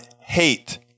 hate